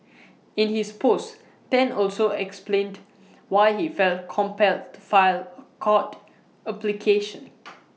in his post Tan also explained why he felt compelled to file A court application